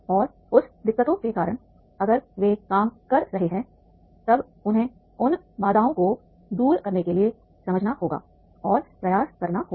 और उस दिक्कतों के कारण अगर वे काम कर रहे हैं तब उन्हें उन बाधाओं को दूर करने के लिए समझना होगा और प्रयास करना होगा